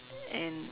and